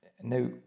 now